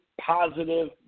positive